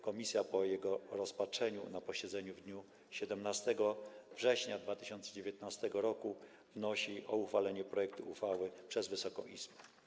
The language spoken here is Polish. Komisja po jego rozpatrzeniu na posiedzeniu w dniu 17 września 2019 r. wnosi o uchwalenie projektu uchwały przez Wysoką Izbę.